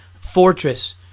fortress